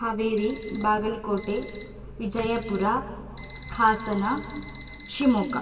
Haveri Bagalkote Vijayapur Hassan Shimoga